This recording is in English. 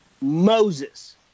Moses